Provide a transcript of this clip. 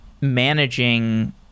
managing